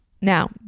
Now